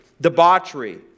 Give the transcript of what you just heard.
Debauchery